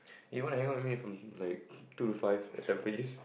eh you want to hang out with me from like two to five at Tampines